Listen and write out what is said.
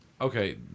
Okay